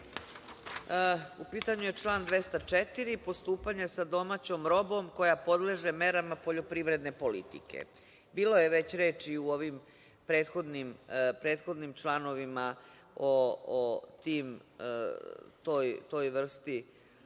U pitanju je član 204, postupanja sa domaćom robom koja podleže merama poljoprivredne politike. Bilo je već reči u ovim prethodnim članovima o toj vrsti